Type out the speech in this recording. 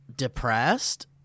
depressed